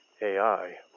AI